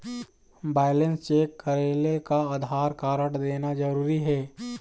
Balance check करेले का Aadhaar card देना जरूरी हे?